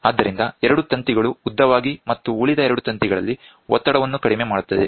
ಆದ್ದರಿಂದ ಎರಡು ತಂತಿಗಳು ಉದ್ದವಾಗಿ ಮತ್ತು ಉಳಿದ ಎರಡು ತಂತಿಗಳಲ್ಲಿ ಒತ್ತಡವನ್ನು ಕಡಿಮೆ ಮಾಡುತ್ತದೆ